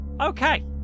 Okay